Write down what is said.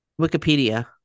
Wikipedia